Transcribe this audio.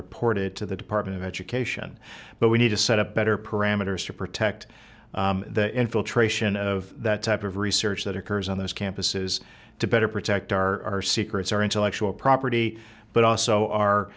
reported to the department of education but we need to set a better parameters to protect the infiltration of that type of research that occurs on those campuses to better protect our secrets our intellectual property but also our